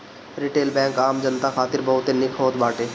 retail bank आम जनता खातिर बहुते निक होत बाटे